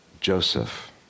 Joseph